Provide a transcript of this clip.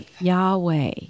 Yahweh